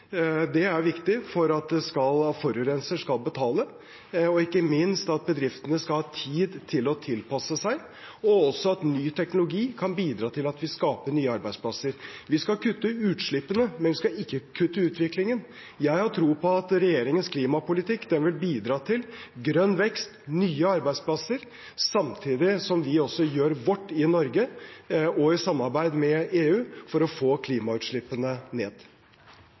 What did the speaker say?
Det er viktig for at forurenser skal betale, og ikke minst for at bedriftene skal ha tid til å tilpasse seg og ny teknologi kan bidra til at vi skaper nye arbeidsplasser. Vi skal kutte utslippene, men vi skal ikke kutte utviklingen. Jeg har tro på at regjeringens klimapolitikk vil bidra til grønn vekst og nye arbeidsplasser – samtidig som vi også gjør vårt i Norge og i samarbeid med EU for å få klimautslippene ned.